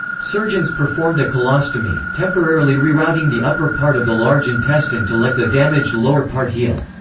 surgeons performed a colostomy, temporarily rerouting the upper part of the large intestine to let the damaged lower part heal.